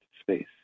space